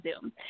Zoom